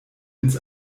ins